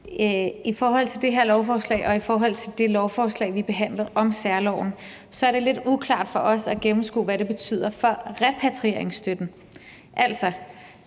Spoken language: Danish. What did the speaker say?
I forhold til det her lovforslag og i forhold til det lovforslag, vi behandlede om særloven, er det lidt uklart for os at gennemskue, hvad det betyder for repatrieringsstøtten.